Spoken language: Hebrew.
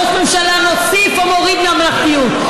ראש ממשלה מוסיף או מוריד ממלכתיות?